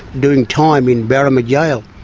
doing time in berrimah jail.